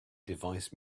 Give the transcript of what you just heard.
device